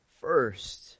First